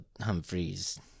Humphrey's